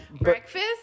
Breakfast